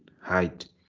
height